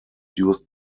used